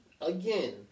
again